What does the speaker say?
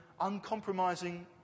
uncompromising